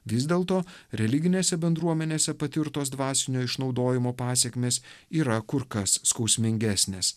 vis dėlto religinėse bendruomenėse patirtos dvasinio išnaudojimo pasekmės yra kur kas skausmingesnės